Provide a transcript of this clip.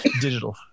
digital